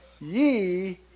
ye